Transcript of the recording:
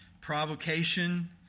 provocation